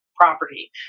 property